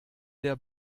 der